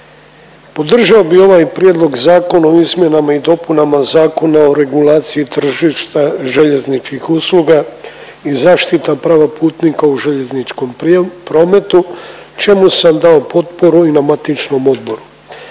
Podržao bi ovaj Prijedlog Zakona o izmjenama i dopunama Zakona o regulaciji tržišta željezničkih usluga i zaštita prava putnika u željezničkom prije…, prometu, čemu sam dao potporu i na matičnom odboru.